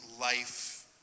life